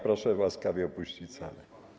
Proszę łaskawie opuścić salę.